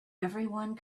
everyone